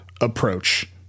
approach